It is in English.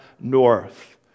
north